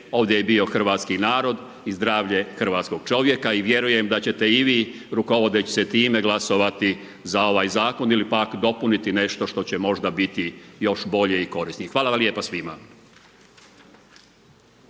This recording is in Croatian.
Ovdje je bio hrvatski narod i zdravlje hrvatskog čovjeka i vjerujem da ćete i vi rukovodeći se time glasovati za ovaj zakon ili pak dopuniti nešto što će možda biti još bolje i korisnije. Hvala vam lijepa svima.